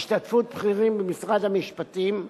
בהשתתפות בכירים במשרד המשפטים,